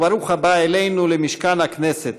וברוך הבא אלינו למשכן הכנסת,